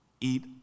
eat